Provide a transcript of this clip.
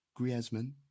Griezmann